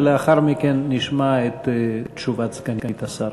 ולאחר מכן נשמע את תשובת סגנית השר.